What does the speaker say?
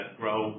grow